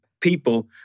people